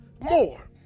more